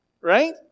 right